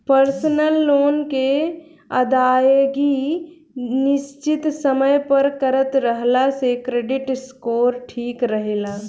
personal loan के अदायगी निसचित समय पर करत रहला से क्रेडिट स्कोर ठिक रहेला